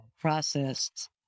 processed